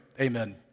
amen